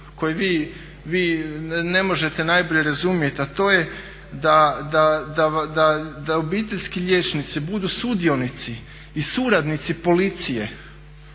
koji vi ne možete najbolje razumjet, a to je da obiteljski liječnici budu sudionici i suradnici policije